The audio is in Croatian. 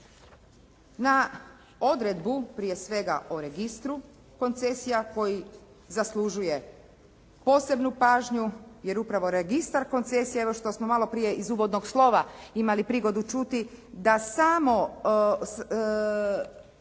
na odredbu, prije svega o registru koncesija koji zaslužuje posebnu pažnju jer upravo registar koncesija, evo što smo malo prije iz uvodnog slova imali prigodu čuti da samo